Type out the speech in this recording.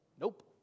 Nope